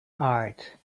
art